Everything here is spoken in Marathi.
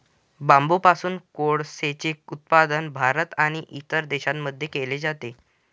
बांबूपासून कोळसेचे उत्पादन भारत आणि इतर देशांमध्ये केले जाते